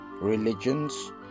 Religions